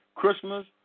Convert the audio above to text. Christmas